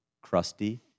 crusty